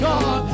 God